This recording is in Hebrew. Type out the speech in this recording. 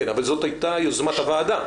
אבל זאת הייתה יוזמת הוועדה.